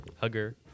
hugger